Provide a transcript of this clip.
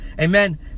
Amen